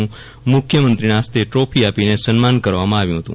નું મુખ્યમંત્રીના હસ્તે ટ્રોફી આપીને સન્માન કરવામાં આવ્યું હતું